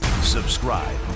Subscribe